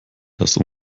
das